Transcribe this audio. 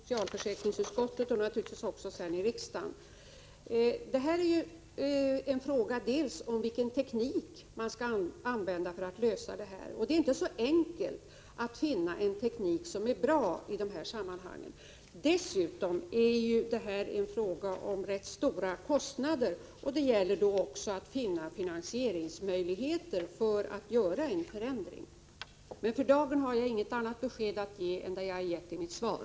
Herr talman! Det är riktigt att vi har uttalat oss för en förändring. Jag har också konstaterat att Gullan Lindblad själv deltog i det beslut som fattades först i socialförsäkringsutskottet och sedan naturligtvis också i riksdagens kammare. Detta är en fråga om bl.a. vilken teknik man skall använda för att lösa problemet. Det är inte så enkelt att finna en bra teknik i det här sammanhanget. Dessutom rör det sig här om rätt stora kostnader, och det gäller därför att finna möjligheter att finansiera en förändring. Men för dagen har jag inget annat besked att ge än det jag har gett i mitt svar.